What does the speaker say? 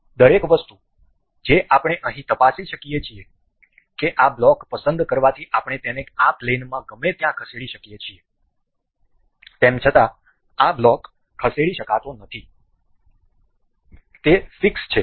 એક વસ્તુ જે આપણે અહીં તપાસી શકીએ છીએ કે આ બ્લોક પસંદ કરવાથી આપણે તેને આ પ્લેનમાં ગમે ત્યાં ખસેડી શકીએ છીએ તેમ છતાં આ બ્લોક ખસેડી શકાતો નથી અને તે ફિક્સ છે